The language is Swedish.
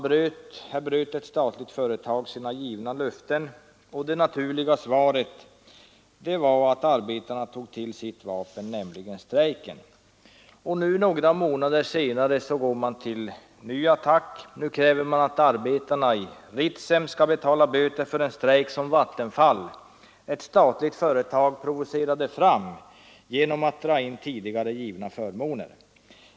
Ett statligt företag bröt sina givna löften, och det naturliga svaret var att arbetarna tog till sitt vapen, nämligen strejken. Nu — några månader senare — går Vattenfall till ny attack. Nu kräver man att arbetarna i Ritsem skall betala böter för en strejk som Vattenfall, ett statligt företag, provocerade fram genom att dra in tidigare givna förmåner.